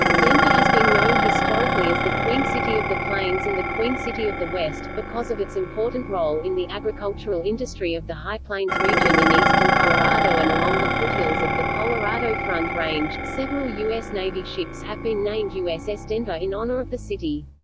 denver has been known historically as the queen city of the plains and the queen city of the west, because of its important role in the agricultural industry of the high plains region in eastern colorado and along the foothills of the colorado front range. several us navy ships have been named uss denver in honor of the city.